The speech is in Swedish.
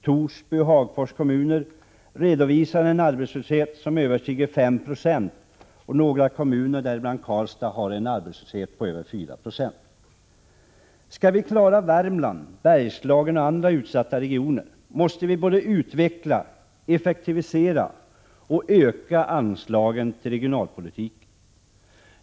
Torsby och Hagfors kommuner redovisar en arbetslöshet som överstiger 5 20, och några kommuner, däribland Karlstad, har en arbetslöshet på över 49. Skall vi klara Värmland, Bergslagen och andra utsatta regioner måste vi både utveckla, effektivisera och öka anslagen till regionalpolitiken.